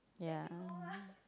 ya